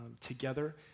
together